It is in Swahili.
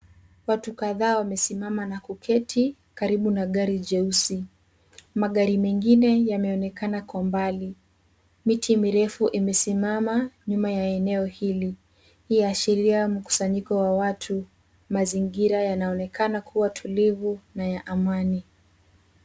Watu kadhaa wamesimama na kuketi karibu na gari jeusi. Magari mengine yameonekana kwa mbali. Miti mirefu imesimama nyuma ya eneo hili. Hii iashiria mkusanyiko wa watu. Mazingira yaonekana kuwa ya utilivu na ya amani.